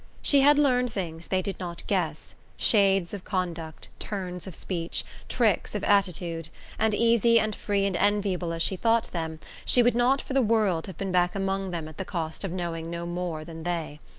she had learned things they did not guess shades of conduct, turns of speech, tricks of attitude and easy and free and enviable as she thought them, she would not for the world have been back among them at the cost of knowing no more than they.